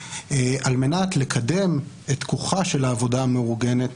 על-מנת לקדם את כוחה של העבודה המאורגנת